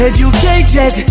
Educated